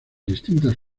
distintas